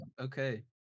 Okay